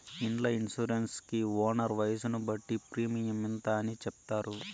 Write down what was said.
ఇండ్ల ఇన్సూరెన్స్ కి ఓనర్ వయసును బట్టి ప్రీమియం ఇంత అని చెప్తారు